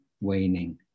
waning